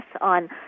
on